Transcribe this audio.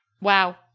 Wow